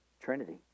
Trinity